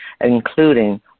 including